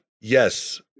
yes